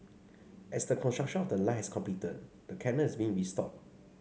as the construction of the line has completed the canal is being restored